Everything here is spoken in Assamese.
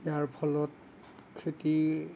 ইয়াৰ ফলত খেতি